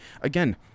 again